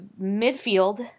midfield